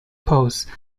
pose